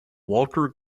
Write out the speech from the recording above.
walker